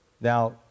Now